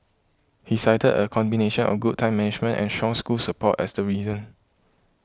he cited a combination of good time management and strong school support as the reason